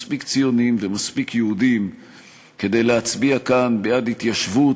מספיק ציונים ומספיק יהודים כדי להצביע כאן בעד התיישבות,